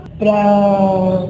para